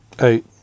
eight